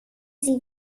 sie